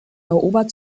erobert